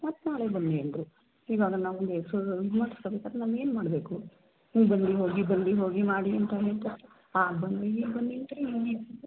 ಮತ್ತೆ ನಾಳೆ ಬನ್ನಿ ಅಂದರು ಇವಾಗ ನಾವು ಒಂದು ಇದು ಮಾಡಸ್ಕೊಬೇಕಾದ್ರು ನಾವು ಏನು ಮಾಡಬೇಕು ನೀವು ಬಂದು ಹೋಗಿ ಬಂದು ಹೋಗಿ ಮಾಡಿ ಅಂತ ಹೇಳ್ತಾರೆ ಆಗ ಬನ್ನಿ ಈಗ ಬನ್ನಿ ಅಂತಾರೆ ಇನ್ನೇನು